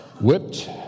whipped